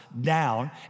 down